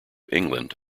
england